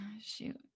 shoot